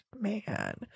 man